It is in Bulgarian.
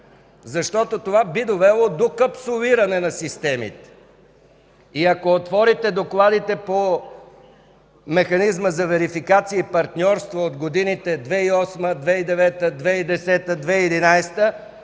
защото това би довело до капсулиране на системите. Ако отворите докладите по механизма за верификация и партньорство от годините 2008, 2009, 2010, 2011,